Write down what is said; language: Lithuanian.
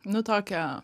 nu tokią